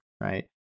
right